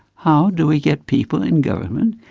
how do we get people in government,